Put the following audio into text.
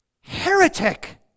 heretic